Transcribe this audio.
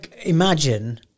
imagine